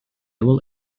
will